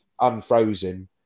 unfrozen